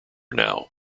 now